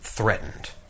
Threatened